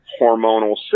hormonal